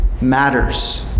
matters